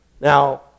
Now